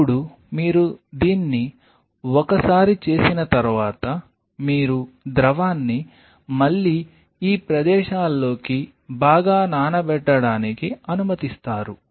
ఇప్పుడు మీరు దీన్ని ఒకసారి చేసిన తర్వాత మీరు ద్రవాన్ని మళ్లీ ఈ ప్రదేశాల్లోకి బాగా నానబెట్టడానికి అనుమతిస్తారు